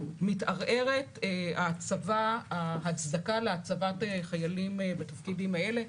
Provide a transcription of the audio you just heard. מתערערת ההצדקה להצבת חיילים בתפקידים האלה.